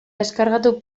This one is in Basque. deskargatu